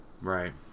Right